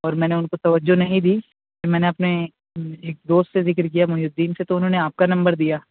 اور میں نے ان کو توجہ نہیں دی پھر میں نے ایک دوست سے ذکر کیا محی الدین سے تو انہوں نے آپ کا نمبر دیا